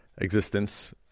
existence